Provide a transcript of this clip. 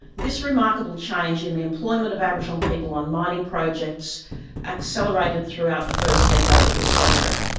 this remarkable change in the employment of aboriginal people on mining projects accelerated throughout the first decade of this century.